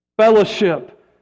Fellowship